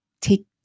take